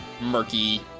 murky